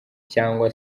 cyangwa